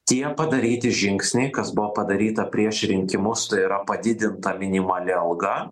tie padaryti žingsniai kas buvo padaryta prieš rinkimus tai yra padidinta minimali alga